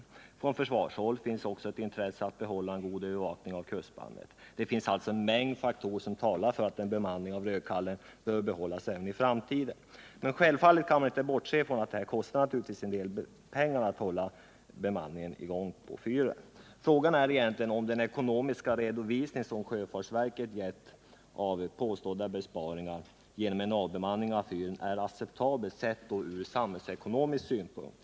Även från försvarshåll finns ett intresse av att behålla en god övervakning av kustbandet. En mängd faktorer talar alltså för att en bemanning av Rödkallen bör behållas även i framtiden. Men självfallet kan man inte bortse från att det kostar en del pengar att behålla bemanningen av Rödkallen. Frågan är egentligen om den ekonomiska redovisning som sjöfartsverket har givit av påstådda besparingar genom en avbemanning av fyren är acceptabel sett från samhällsekonomisk synpunkt.